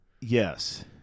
Yes